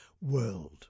world